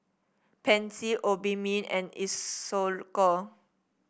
Pansy Obimin and Isocal